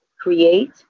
create